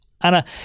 Anna